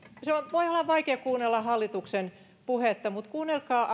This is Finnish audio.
voi olla vaikea kuunnella hallituksen puhetta mutta kuunnelkaa